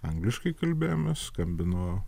angliškai kalbėjomės skambino